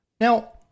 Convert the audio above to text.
Now